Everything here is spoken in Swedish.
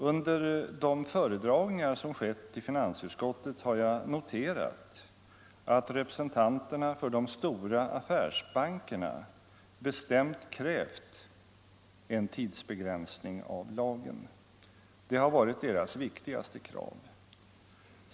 Under de föredragningar som skett i finansutskottet har jag noterat att representanterna för de stora affärsbankerna bestämt krävt en tidsbegränsning av lagen. Det har varit deras viktigaste krav.